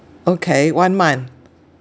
okay one month